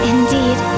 Indeed